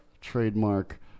trademark